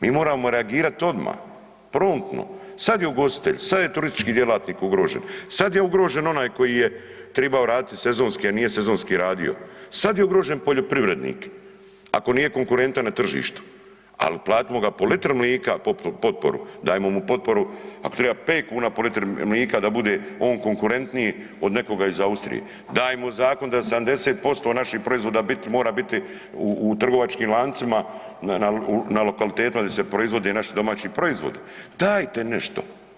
Mi moramo reagirat odmah, promptno, sad je ugostitelj, sad je turistički djelatnik ugrožen, sad je ugrožen onaj koji je trebao raditi sezonski a nije sezonski radio, sad je ugrožen poljoprivrednik ako nije konkurentan na tržištu, ali platimo ga po litri mlijeka potporu, dajmo mu potporu ako treba 5 kn po litri mlijeka da bude on konkurentniji od nekoga iz Austrije, dajmo zakon da 70% naših proizvoda mora biti u trgovačkim lancima, na lokalitetima di se proizvode i naši domaći proizvodi, dajte nešto.